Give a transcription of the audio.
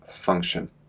function